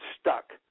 stuck